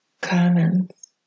comments